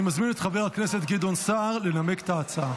אני מזמין את חבר הכנסת גדעון סער לנמק את ההצעה.